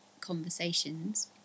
conversations